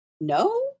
no